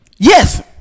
Yes